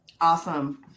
Awesome